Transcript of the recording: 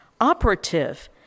operative